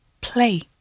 Play